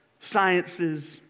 sciences